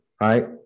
right